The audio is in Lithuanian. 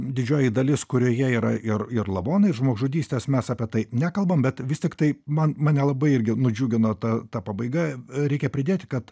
didžioji dalis kurioje yra ir ir lavonai žmogžudystės mes apie tai nekalbam bet vis tiktai man mane labai irgi nudžiugino ta ta pabaiga reikia pridėti kad